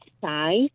size